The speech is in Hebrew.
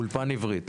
אולפן עברית.